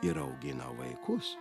ir augina vaikus